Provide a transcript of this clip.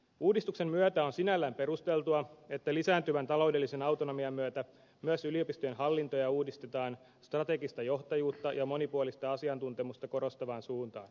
uudistuksen myötä on sinällään perusteltua että lisääntyvän taloudellisen autonomian myötä myös yliopistojen hallintoja uudistetaan strategista johtajuutta ja monipuolista asiantuntemusta korostavaan suuntaan